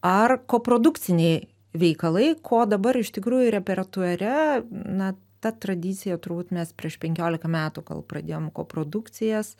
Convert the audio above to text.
ar koprodukciniai veikalai ko dabar iš tikrųjų repertuare na ta tradicija turbūt mes prieš penkiolika metų gal pradėjom koprodukcijas